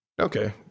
Okay